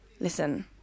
Listen